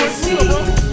see